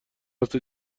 قصد